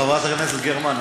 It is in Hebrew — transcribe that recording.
חברת הכנסת גרמן,